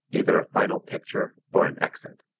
either a final picture or an exit.